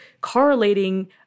correlating